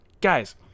guys